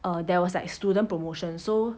uh there was like student promotion so